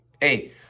Hey